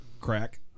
Crack